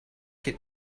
get